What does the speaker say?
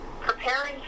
preparing